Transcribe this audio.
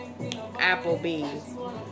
Applebee's